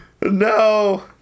no